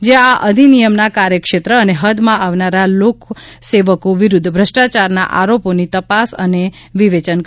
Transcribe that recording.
જે આ અધિનિયમના કાર્યક્ષેત્ર અને હદમાં આવનારા લોક સેવકો વિરુદ્ધ ભ્રષ્ટાચારના આરોપોની તપાસ અને વિવેચન કરશે